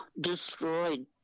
destroyed